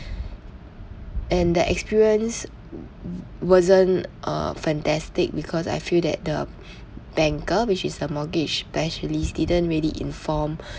and the experience w~ wasn't uh fantastic because I feel that the banker which is a mortgage specialist didn't really inform